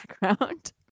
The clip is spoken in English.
background